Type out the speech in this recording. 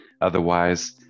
Otherwise